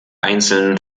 einzelnen